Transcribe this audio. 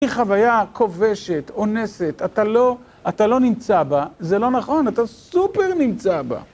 היא חוויה כובשת, אונסת, אתה לא נמצא בה, זה לא נכון, אתה סופר נמצא בה.